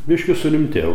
biškį surimtėjau